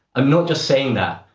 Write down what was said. i'm not just saying that.